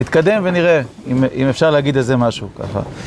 התקדם ונראה אם אפשר להגיד איזה משהו ככה.